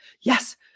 Yes